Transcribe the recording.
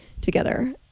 together